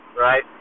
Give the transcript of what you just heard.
Right